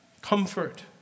comfort